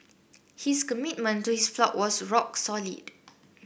his commitment to his flock was rock solid